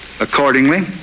Accordingly